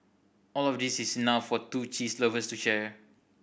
all of these is enough for two cheese lovers to share